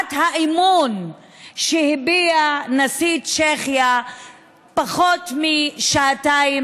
הבעת האמון שהביע נשיא צ'כיה לפני פחות משעתיים,